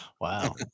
Wow